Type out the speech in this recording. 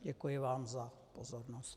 Děkuji vám za pozornost.